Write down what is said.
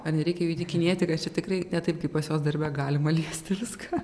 ar nereikia jų įtikinėti kad čia tikrai ne taip kaip pas juos darbe galima liesti viską